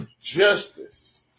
justice